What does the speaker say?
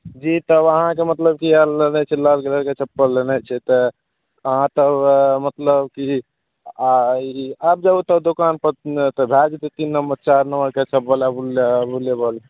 जी तब अहाँके मतलब की लेनाइ छै लाल कलरके चप्पल लेनाइ छै तऽ अहाँ तब मतलब की आबि जाउ तब दोकान पर तऽ भए जेतय तीन नम्बर चारि नंबरके चप्पल अबलेबल